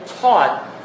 taught